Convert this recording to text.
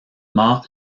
mat